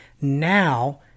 Now